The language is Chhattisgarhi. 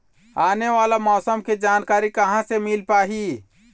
आने वाला मौसम के जानकारी कहां से मिल पाही?